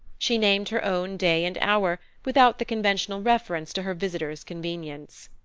she named her own day and hour, without the conventional reference to her visitor's convenience.